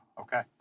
Okay